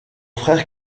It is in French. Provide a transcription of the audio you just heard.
frère